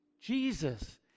Jesus